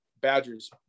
Badgers